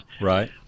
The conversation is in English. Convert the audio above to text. Right